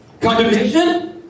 condemnation